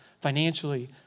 financially